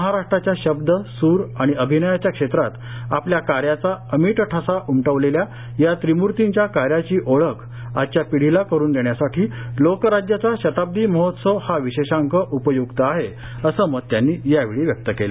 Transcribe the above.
महाराष्ट्राच्या शब्द सूर आणि अभिनयाच्या क्षेत्रात आपल्या कार्याचा अमिट ठसा उमटवलेल्या या त्रिम्तींच्या कार्याची ओळख आजच्या पिढीला करून देण्यासाठी लोकराज्यचा शताब्दी महोत्सव हा विशेषांक उपय्क्त आहे असं मत त्यांनी यावेळी व्यक्त केलं